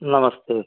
नमस्ते